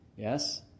Yes